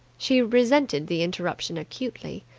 she resented the interruption acutely,